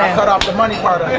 cut off the money part of it.